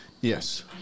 Yes